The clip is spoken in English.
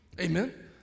Amen